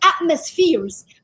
atmospheres